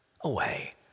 away